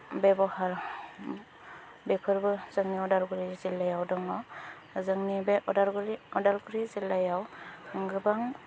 बेब'हार बेफोरबो जोंनि उदालगुरि जिल्लायाव दङ जोंनि बे उदालगुरि जिल्लायाव गोबां